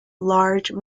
large